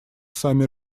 сами